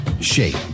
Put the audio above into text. shape